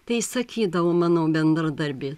tai sakydavo mano bendradarbė